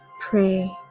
pray